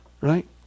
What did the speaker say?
right